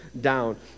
down